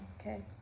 okay